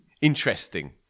interesting